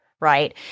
Right